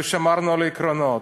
ושמרנו על העקרונות.